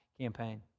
campaign